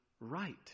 right